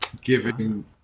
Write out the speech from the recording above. giving